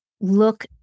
look